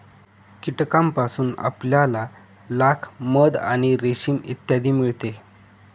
कीटकांपासून आपल्याला लाख, मध आणि रेशीम इत्यादी मिळते